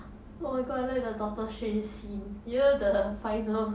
oh my god I like the doctor strange scene you know the final